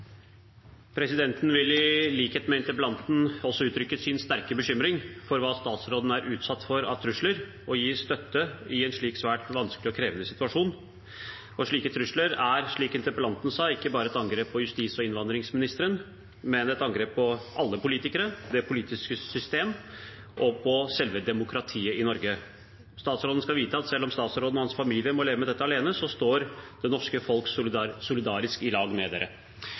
Presidenten vil i likhet med interpellanten uttrykke sin sterke bekymring for hva statsråden er utsatt for av trusler, og gi støtte i en slik svært vanskelig og krevende situasjon. Slike trusler er, slik interpellanten sa, ikke bare et angrep på justis- og innvandringsministeren, men et angrep på alle politikere, på det politiske system og på selve demokratiet i Norge. Statsråden skal vite at selv om han og hans familie må leve med dette alene, står det norske folk solidarisk i lag med